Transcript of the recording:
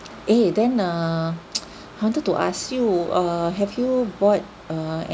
eh then err I wanted to ask you err have you bought uh any